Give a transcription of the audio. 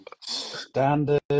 standard